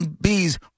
bees